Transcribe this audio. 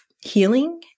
healing